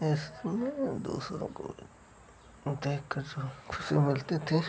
इसमें दूसरों को भी देखकर जो है ख़ुशी मिलती थी